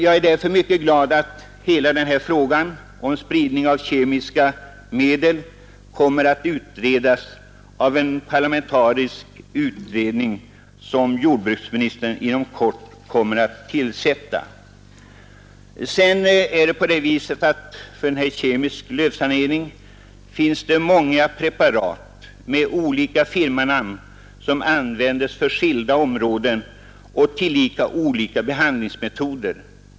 Jag är därför mycket glad åt att hela frågan om spridning av kemiska medel kommer att utredas av en parlamentarisk utredning, som jordbruksministern inom kort kommer att tillsätta. För kemisk lövsanering finns det många preparat med olika firmanamn som används för skilda områden och tillika olika behandlingsmetoder.